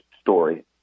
story